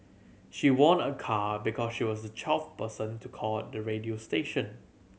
she won a car because she was the twelfth person to call the radio station